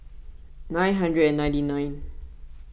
nine hundred and ninety nine